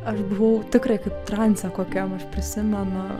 aš buvau tikrai kaip transe kokiam prisimenu